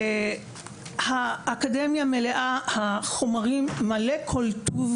האקדמיה מלאה בכל טוב,